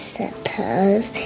suppose